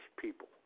people